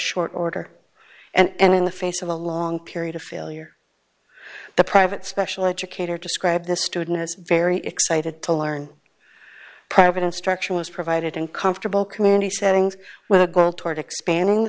short order and in the face of a long period of failure the private special educator described the student as very excited to learn private instruction was provided and comfortable community settings with a goal toward expanding